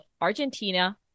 Argentina